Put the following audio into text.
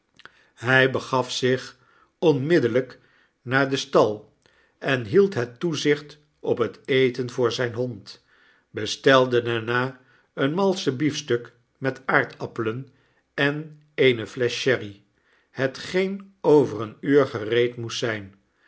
hjj begaf zich onmiddellp naar den stal en hield het toezicht op het eten voor zp hond bestelde daarna een malsche biefstuk met aardappelen en eene flesch sherry hetgeen over een uur gereed moest zn